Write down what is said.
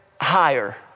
higher